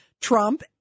Trump